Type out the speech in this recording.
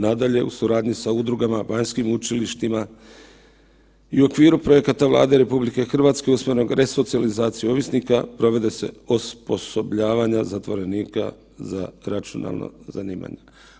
Nadalje, u suradnji sa udrugama, vanjskim učilištima i u okviru projekata Vlade RH i usmenog resocijalizacije ovisnika provode se osposobljavanja zatvorenika za računalno zanimanje.